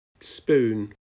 Spoon